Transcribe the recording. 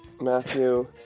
Matthew